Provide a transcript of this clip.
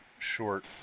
short